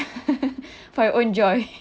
for your own joy